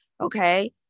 Okay